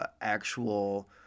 actual